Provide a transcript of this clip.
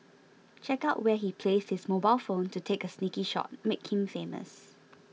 check out where he placed his mobile phone to take a sneaky shot make him famous